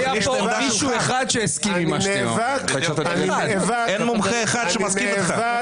שימו לב שלמרות שהמומחים לא מסכימים עם דעתי אני מאפשר